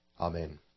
Amen